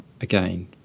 again